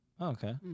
okay